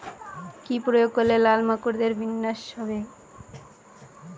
কি প্রয়োগ করলে লাল মাকড়ের বিনাশ হবে?